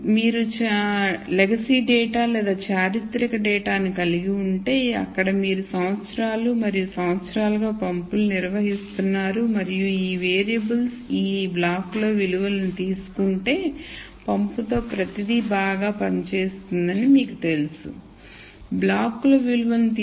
మీరు legacy data లేదా చారిత్రక డేటాను కలిగి ఉంటే అక్కడ మీరు సంవత్సరాలు మరియు సంవత్సరాలుగా పంపులను నిర్వహిస్తున్నారు మరియు ఈ వేరియబుల్స్ ఈ బ్లాక్లో విలువలను తీసుకుంటే పంపుతో ప్రతిదీ బాగానే ఉంటుందని మీకు తెలుసు